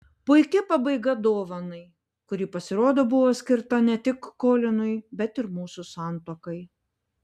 puiki pabaiga dovanai kuri pasirodo buvo skirta ne tik kolinui bet ir mūsų santuokai